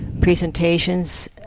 presentations